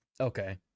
Okay